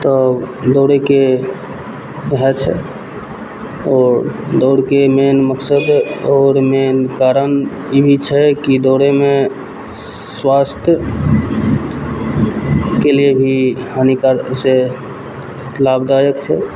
तब दौड़यके वएह छै आओर दौड़यके मेन मकसद आओर मेन कारण ई भी छै कि दौड़यमे स्वास्थ के लिये भी हानिका से लाभदायक छै